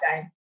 time